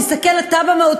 תסתכל אתה במהות,